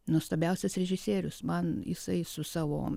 nuostabiausias režisierius man jisai su savo